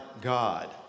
God